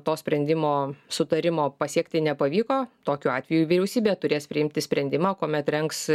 to sprendimo sutarimo pasiekti nepavyko tokiu atveju vyriausybė turės priimti sprendimą kuomet rengs